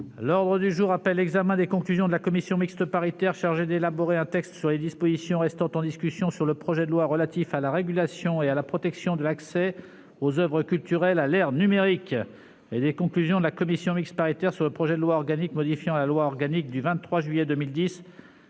L'ordre du jour appelle l'examen des conclusions de la commission mixte paritaire chargée d'élaborer un texte sur les dispositions restant en discussion sur le projet de loi relatif à la régulation et à la protection de l'accès aux oeuvres culturelles à l'ère numérique (texte de la commission, n° 733, rapport n° 732) et des conclusions de la commission mixte paritaire sur le projet de loi organique modifiant la loi organique n° 2010-837 du 23 juillet 2010